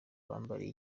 bambariye